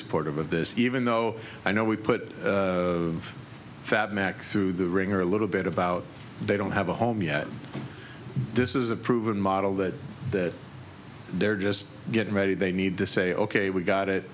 supportive of this even though i know we put fat max through the ringer a little bit about they don't have a home yet this is a proven model that that they're just getting ready they need to say ok we got it